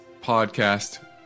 podcast